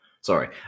Sorry